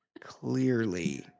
clearly